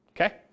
Okay